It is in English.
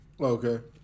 Okay